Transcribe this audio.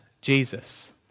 Jesus